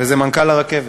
וזה מנכ"ל הרכבת,